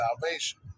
salvation